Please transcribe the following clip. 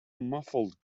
muffled